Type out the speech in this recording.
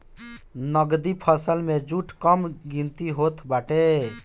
नगदी फसल में जुट कअ गिनती होत बाटे